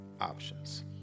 options